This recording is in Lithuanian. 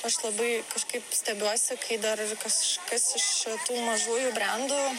aš labai kažkaip stebiuosi kai dar ir kasžkas iš tų mažųjų brendų